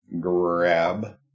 Grab